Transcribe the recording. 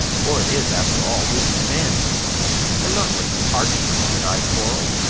for it is, after all, with men and not with parchment that i quarrel